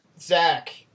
Zach